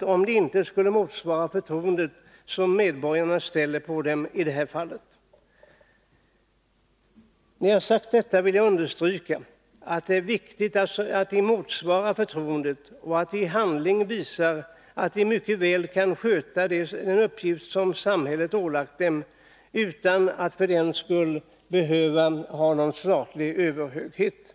om de inte skulle motsvara förtroendet som medborgarna ställer på dem i detta fall. Men när jag sagt detta vill jag understryka att det är viktigt att de motsvarar förtroendet och att de i handling visar att de mycket väl kan sköta den uppgift som samhället ålagt dem utan att för den skull behöva ha någon statlig överhöghet.